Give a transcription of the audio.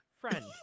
Friend